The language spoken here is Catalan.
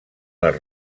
les